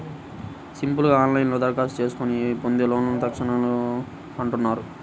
simple గా ఆన్లైన్లోనే దరఖాస్తు చేసుకొని పొందే లోన్లను తక్షణలోన్లు అంటున్నారు